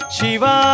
Shiva